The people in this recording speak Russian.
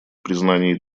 признании